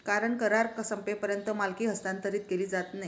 कारण करार संपेपर्यंत मालकी हस्तांतरित केली जात नाही